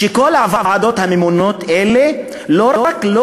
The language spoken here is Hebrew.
שכל הוועדות הממונות האלה לא רק לא